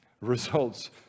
Results